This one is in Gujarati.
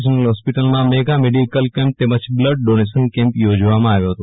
જનરલ હોસ્પિટલમાં મેગા મડીકલ કેમ્પ તેમજ બ્લડ ડોનેશન કેમ્પ ચોજવામાં આવ્યો હતો